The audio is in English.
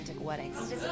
weddings